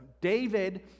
David